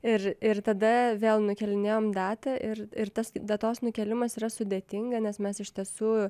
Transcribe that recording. ir ir tada vėl nukėlinėjom datą ir ir tas datos nukėlimas yra sudėtinga nes mes iš tiesų